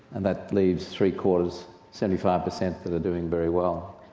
and that leaves three-quarters, seventy five percent that are doing very well.